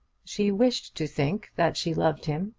she wished to think that she loved him,